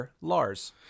Lars